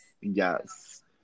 Yes